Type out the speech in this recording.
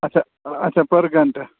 اَچھا اَچھا پٔر گَنٛٹہٕ